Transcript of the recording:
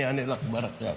אני אענה לך כבר עכשיו.